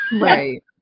right